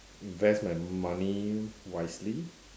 invest my money wisely